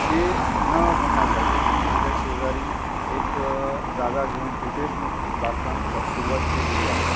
ते न होण्यासाठी मी माझ्या शेजारी एक जागा घेऊन तिथेच मी बागकाम सुरुवात केलेली आहे